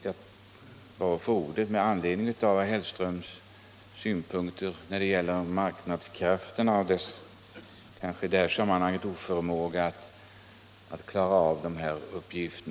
Jag bad att få ordet med anledning av herr Hellströms synpunkter när det gäller marknadskrafterna och deras oförmåga att klara uppgifter i detta sammanhang.